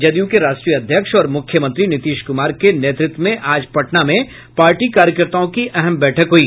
जदयू के राष्ट्रीय अध्यक्ष और मुख्यमंत्री नीतीश कुमार के नेतृत्व में आज पटना में पार्टी कार्यकर्ताओं की अहम बैठक हुई